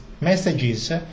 messages